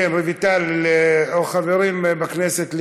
רויטל או חברים בכנסת,